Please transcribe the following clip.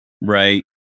right